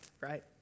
right